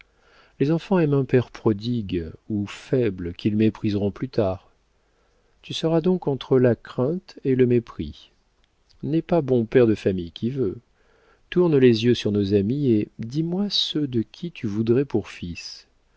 les enfants aiment un père prodigue ou faible qu'ils mépriseront plus tard tu seras donc entre la crainte et le mépris n'est pas bon père de famille qui veut tourne les yeux sur nos amis et dis-moi ceux de qui tu voudrais pour fils